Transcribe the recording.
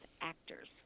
actors